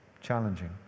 challenging